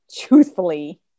Truthfully